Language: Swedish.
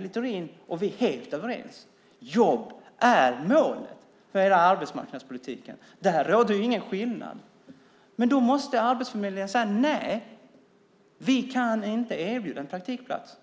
Littorin och vi är ju helt överens där, nämligen att jobb är målet med arbetsmarknadspolitiken. Där är det ingen skillnad. Men då måste Arbetsförmedlingen säga: Nej, vi kan inte erbjuda en praktikplats.